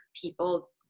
people